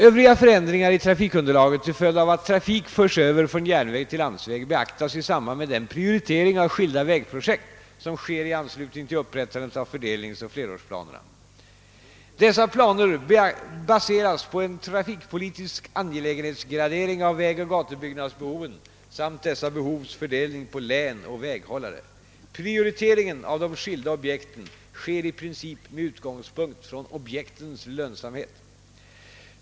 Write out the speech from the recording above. Övriga förändringar i trafikunderlaget till följd av att trafik förs över från järnväg till landsväg beaktas i samband med den prioritering av skilda vägprojekt som sker i anslutning till upprättandet av fördelningsoch flerårsplanerna. Dessa planer baseras på en trafikpolitisk angelägenhetsgradering av vägoch gatubyggnadsbehoven samt dessa behovs fördelning på län och väghållare. Prioriteringen av de skilda objekten sker i princip med utgångspunkt från objektens lönsamhet.